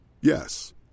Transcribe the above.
Yes